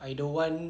I don't want